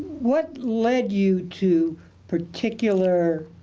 what led you to particular.